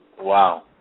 Wow